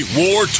war